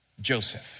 Joseph